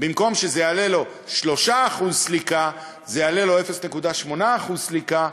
במקום שזה יעלה לו 3% סליקה זה יעלה לו 0.8% סליקה,